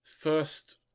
first